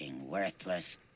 worthless